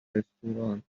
رستوران